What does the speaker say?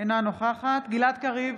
אינה נוכחת גלעד קריב,